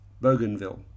Bougainville